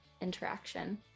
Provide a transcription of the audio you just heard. interaction